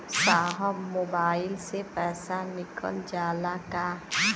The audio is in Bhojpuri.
साहब मोबाइल से पैसा निकल जाला का?